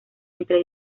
entre